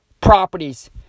properties